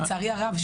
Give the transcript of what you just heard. לצערי הרב,